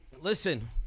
listen